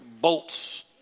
bolts